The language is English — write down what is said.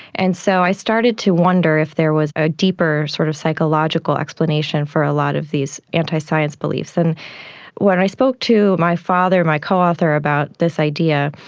and so i started to wonder if there was a deeper sort of psychological explanation for a lot of these anti-science beliefs. and when i spoke to my father, my co-author, about this idea,